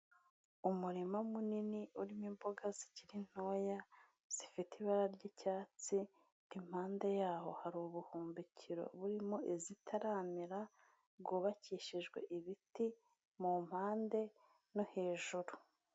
Umurima munini urimo imboga zikiri ntoya zifite ibara ry'icyatsi, impande yaho hari ubuhumbikiro burimo izitaramera bwubakishijwe ibiti mu mpande no hejuru.